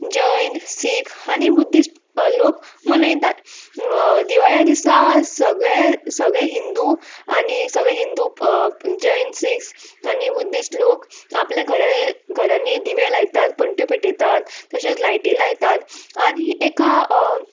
जैन सीख आनी बुद्दीस्ट लोक मनयतात दिवाळे दिसा सगळे सगळे हिंदू आनी सगळे हिंदू जैन सिख्स आनी बुद्धिश्ट लोक आपल्या घरा घरांनी दिवे लायतात पंट्यो पेटयतात तशेंच लायटी लायतात आनी एका